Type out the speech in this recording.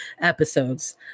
episodes